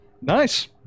Nice